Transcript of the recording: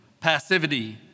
passivity